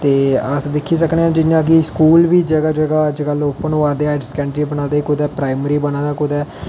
ते अस दिक्खी सकने आं जि'यां कि स्कूल बी जगह जगह हर जगह लोक बना दे हायर सकैंडरी बना दे ते कुदै प्राइमरी बना दा कुतै